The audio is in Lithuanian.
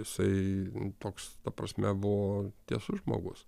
jisai toks ta prasme buvo tiesus žmogus